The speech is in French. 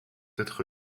être